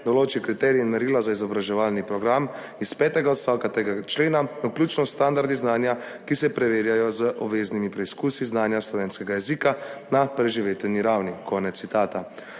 določi kriterije in merila za izobraževalni program iz petega odstavka tega člena, vključno s standardi znanja, ki se preverjajo z obveznimi preizkusi znanja slovenskega jezika na preživetveni ravni.«